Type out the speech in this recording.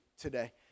today